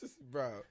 Bro